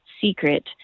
secret